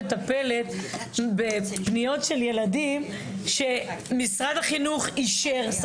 מטפלת בפניות של ילדים שמשרד החינוך אישר להם